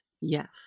yes